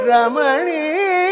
Ramani